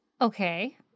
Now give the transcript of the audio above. Okay